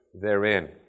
therein